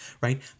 right